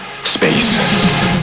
Space